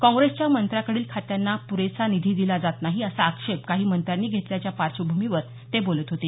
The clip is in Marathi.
काँग्रेसच्या मंत्र्यांकडील खात्यांना पुरेसा निधी दिला जात नाही असा आक्षेप काही मंत्र्यांनी घेतल्याच्या पार्श्वभूमीवर ते बोलत होते